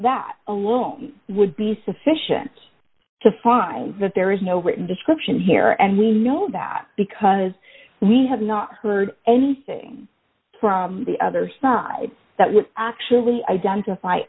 that alone would be sufficient to find that there is no written description here and we know that because we have not heard anything from the other side that would actually identify